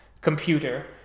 computer